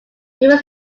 people